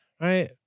Right